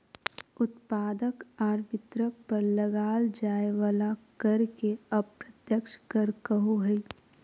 उत्पादक आर वितरक पर लगाल जाय वला कर के अप्रत्यक्ष कर कहो हइ